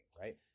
right